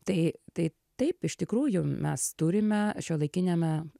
tai tai taip iš tikrųjų mes turime šiuolaikiniame